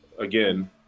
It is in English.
Again